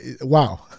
wow